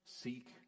seek